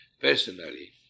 personally